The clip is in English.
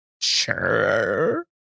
Sure